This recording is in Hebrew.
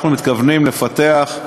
אנחנו מתכוונים לפתח,